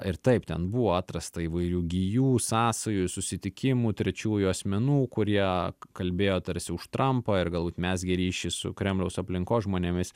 ir taip ten buvo atrasta įvairių gijų sąsajų susitikimų trečiųjų asmenų kurie kalbėjo tarsi už trampą ir galbūt mezgė ryšį su kremliaus aplinkos žmonėmis